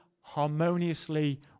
harmoniously